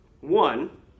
one